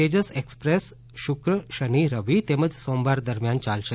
Tejas Express શુક્ર શનિ રવિ તેમજ સોમવાર દરમિયાન ચાલશે